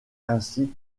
ainsi